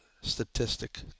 statistic